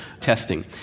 testing